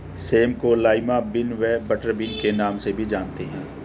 same को lima bean व butter bean के नाम से भी जानते हैं